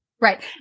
Right